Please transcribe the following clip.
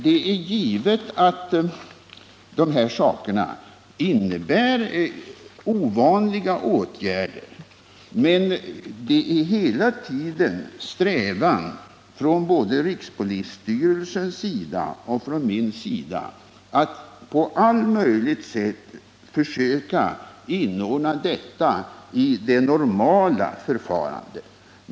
Det är givet att det här blir fråga om ovanliga åtgärder, men både rikspolisstyrelsen och jag strävar hela tiden efter att på allt sätt försöka inordna dem i det normala förfarandet.